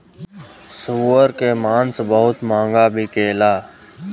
सूअर के मांस बहुत महंगा बिकेला